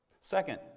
Second